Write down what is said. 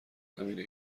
همینه